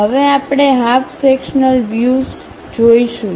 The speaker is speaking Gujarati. હવે આપણે હાફ સેક્શન્લ વ્યુઝ જોશું